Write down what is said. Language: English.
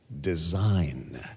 design